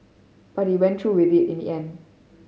but he went through with it in the end